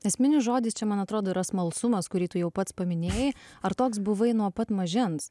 esminis žodis čia man atrodo yra smalsumas kurį tu jau pats paminėjai ar toks buvai nuo pat mažens